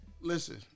Listen